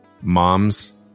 moms